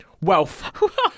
Wealth